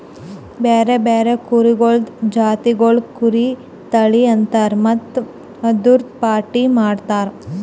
ಬ್ಯಾರೆ ಬ್ಯಾರೆ ಕುರಿಗೊಳ್ದು ಜಾತಿಗೊಳಿಗ್ ಕುರಿ ತಳಿ ಅಂತರ್ ಮತ್ತ್ ಅದೂರ್ದು ಪಟ್ಟಿ ಮಾಡ್ತಾರ